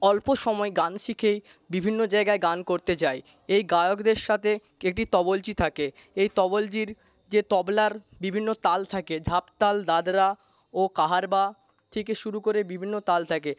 অল্প সময় গান শিখেই বিভিন্ন জায়গায় গান করতে যায় এই গায়কদের সাথে একটি তবলচি থাকে এই তবলচির যে তবলার বিভিন্ন তাল থাকে ঝাঁপ তাল দাদরা ও কাহারবা থেকে শুরু করে বিভিন্ন তাল থাকে